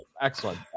Excellent